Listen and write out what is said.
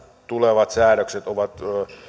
tulevat säädökset ovat